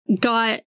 got